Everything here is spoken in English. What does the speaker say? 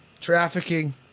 trafficking